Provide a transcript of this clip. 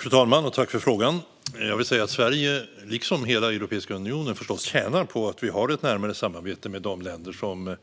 Fru talman! Tack, ledamoten, för frågan! Jag vill säga att Sverige liksom hela Europeiska unionen tjänar på att vi har ett närmare samarbete med de länder som